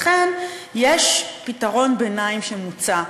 לכן יש פתרון ביניים שמוצע,